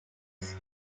its